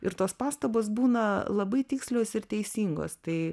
ir tos pastabos būna labai tikslios ir teisingos tai